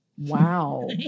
wow